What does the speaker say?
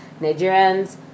Nigerians